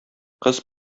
кыз